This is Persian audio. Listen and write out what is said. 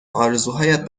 آرزوهایت